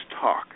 talk